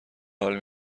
حال